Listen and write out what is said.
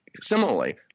Similarly